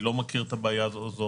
אני לא מכיר את הבעיה הזאת.